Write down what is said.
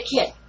kid